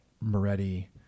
Moretti